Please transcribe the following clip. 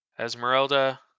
Esmeralda